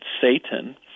Satan